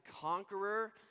conqueror